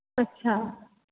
अछा